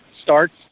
starts